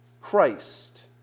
Christ